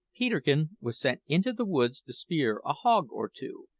peterkin was sent into the woods to spear a hog or two,